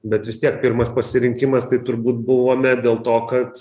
bet vis tiek pirmas pasirinkimas tai turbūt buvome dėl to kad